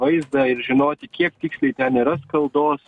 vaizdą ir žinoti kiek tiksliai ten yra skaldos